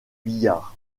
billard